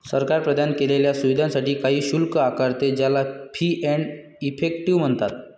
सरकार प्रदान केलेल्या सुविधांसाठी काही शुल्क आकारते, ज्याला फीस एंड इफेक्टिव म्हणतात